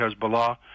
Hezbollah